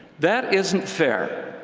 that isn't fair!